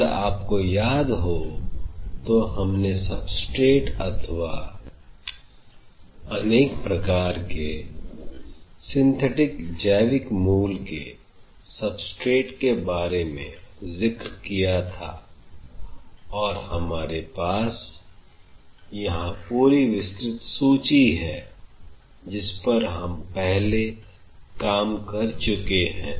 अगर आपको याद हो तो हमने SUBSTRATE अथवा अनेक प्रकार के सिंथेटिक जैविक मूल के SUBSTRATE बारे में ज़िक्र किया था और हमारे पास यहां पूरी विस्तृत सूची है जिस पर हम पहले कर काम कर चुके हैं